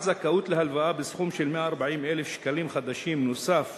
זכאות להלוואה בסכום של 140,000 שקלים חדשים נוסף